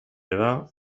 edad